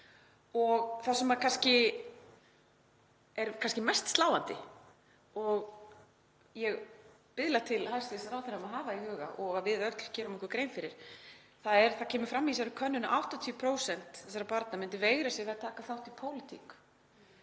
Og það sem kannski er mest sláandi, og ég biðla til hæstv. ráðherra að hafa í huga og að við öll gerum okkur grein fyrir, er að það kemur fram í þessari könnun að 80% þessara barna myndu veigra sér við að taka þátt í pólitík